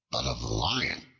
but of the lion.